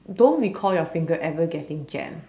don't recall your finger ever getting jammed